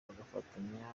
bagafatanya